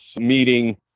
meeting